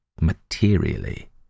materially